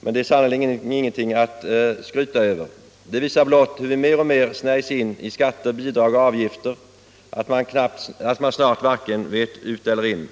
men det är sannerligen ingenting att skryta över. Det visar blott hur vi mer och mer snärjs in i skatter, bidrag och avgifter, så att man snart varken vet ut eller in.